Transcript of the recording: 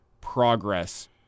progress